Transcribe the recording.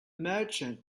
merchants